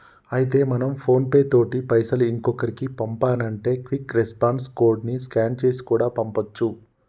అయితే మనం ఫోన్ పే తోటి పైసలు ఇంకొకరికి పంపానంటే క్విక్ రెస్పాన్స్ కోడ్ ని స్కాన్ చేసి కూడా పంపొచ్చు